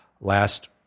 last